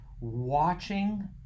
watching